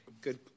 Good